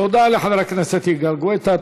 תודה לחבר הכנסת יגאל גואטה.